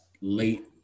late